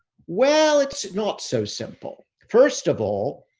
well, it's not so simple. first of all,